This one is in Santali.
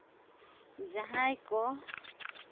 ᱡᱟᱦᱟᱸᱭ ᱠᱚ